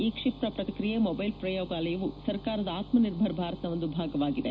ಈ ಕ್ಷಿಪ್ರ ಪ್ರತಿಕ್ರಿಯೆ ಮೊಬೈಲ್ ಪ್ರಯೋಗಾಲಯವು ಸರ್ಕಾರದ ಆತ್ಮ ನಿರ್ಭರ ಭಾರತ್ನ ಒಂದು ಭಾಗವಾಗಿದೆ